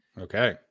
Okay